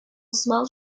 small